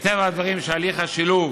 ומטבע הדברים, הליך השילוב